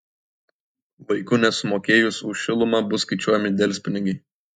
laiku nesumokėjus už šilumą bus skaičiuojami delspinigiai